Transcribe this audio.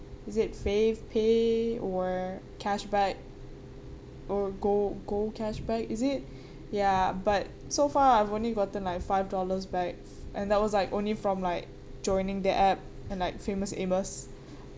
is it FavePay or cashback or go GoCashBack is it ya but so far I've only gotten like five dollars back and that was Iike only from like joining the app and like Famous Amos